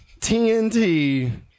TNT